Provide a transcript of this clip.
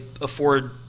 afford